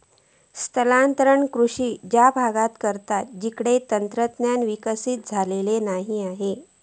स्थानांतरण कृषि त्या भागांत करतत जिकडे तंत्रज्ञान विकसित झालेला नाय हा